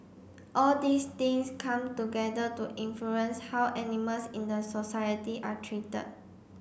all these things come together to influence how animals in the society are treated